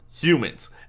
humans